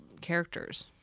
characters